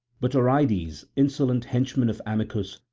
but oreides, insolent henchman of amycus,